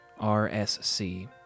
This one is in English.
RSC